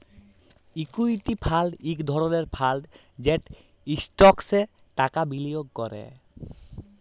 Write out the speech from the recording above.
equity fund ইক ধরলের fund যেট ইস্টকসে টাকা বিলিয়গ ক্যরে